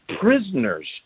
prisoners